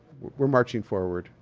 we're marching forward.